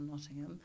Nottingham